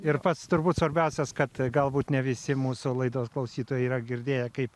ir pats turbūt svarbiausias kad galbūt ne visi mūsų laidos klausytojai yra girdėję kaip